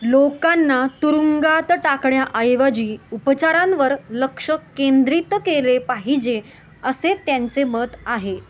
लोकांना तुरुंगात टाकण्याऐवजी उपचारांवर लक्ष केंद्रित केले पाहिजे असे त्यांचे मत आहे